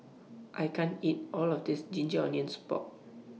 I can't eat All of This Ginger Onions Pork